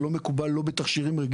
זה לא מקובל, גם לא בתכשירים רגילים.